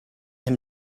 him